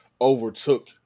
overtook